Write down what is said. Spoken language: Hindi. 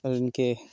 और उनके